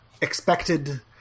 expected